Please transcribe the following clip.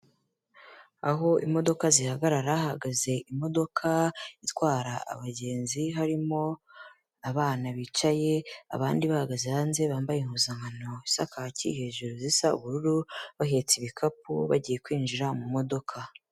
Aho imodoka zihagarara hahagaze imodoka itwara abagenzi, harimo abana bicaye abandi bahagaze hanze, bambaye impuzankano isa kaki hejuru zisa ubururu, bahetse ibikapu bagiye kwinjira mu modoka.